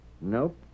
Nope